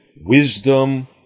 wisdom